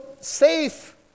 safe